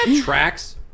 tracks